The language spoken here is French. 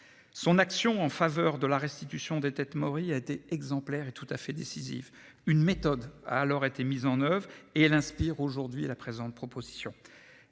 Son action en faveur de la restitution des têtes maories a été exemplaire et décisive. Une méthode a été alors mise en oeuvre et elle inspire aujourd'hui la présente proposition